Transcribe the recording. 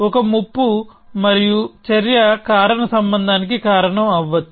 ఒక ముప్పు మరియు చర్య కారణ సంబంధానికి కారణం అవ్వచ్చు